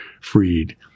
freed